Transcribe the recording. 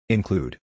Include